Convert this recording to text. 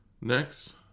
next